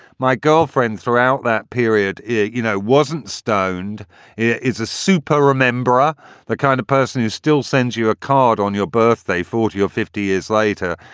my girlfriends throughout that period, you know, wasn't stoned is a super. remember ah the kind of person who still sends you a card on your birthday forty or fifty years later?